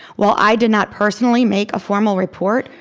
while i did not personally make a formal report,